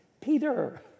Peter